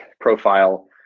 profile